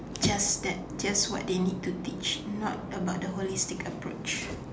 just that just what they need to teach not about the holistic approach